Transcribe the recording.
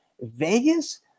Vegas